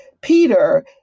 Peter